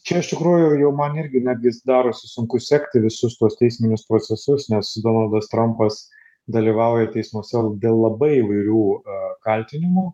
čia iš tikrųjų ir jau man irgi netgi darosi sunku sekti visus tuos teisminius procesus nes donaldas trampas dalyvauja teismuose dėl labai įvairių kaltinimų